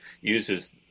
uses